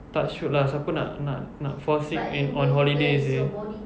tak shiok lah siapa nak nak nak fall sick in on holiday seh